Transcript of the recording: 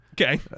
okay